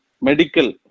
medical